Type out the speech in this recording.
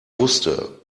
wusste